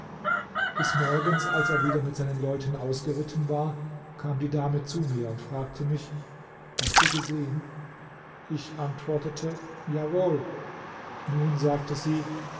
des morgens als er wieder mit seinen leuten ausgeritten war kam die dame zu mir und fragte mich hast du gesehen ich antwortete jawohl nun sagte sie